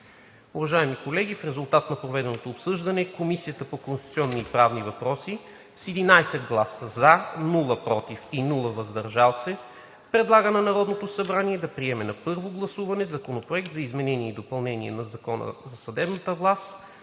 Уважаеми колеги, в резултат на проведеното обсъждане Комисията по конституционни и правни въпроси с 11 гласа „за“, без „против“ и без „въздържал се“ предлага на Народното събрание да приеме на първо гласуване Законопроект за изменение и допълнение на Закон за съдебната власт,